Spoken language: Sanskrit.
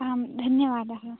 आम् धन्यवादाः